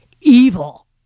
evil